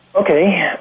Okay